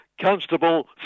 Constable